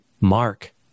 mark